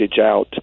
out